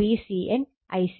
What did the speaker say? VCN ic